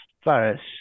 first